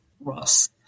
Ross